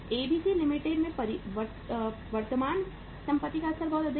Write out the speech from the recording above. ABC limited में वर्तमान संपत्ति का स्तर बहुत अधिक है